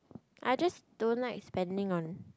I just don't like spending on